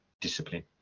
discipline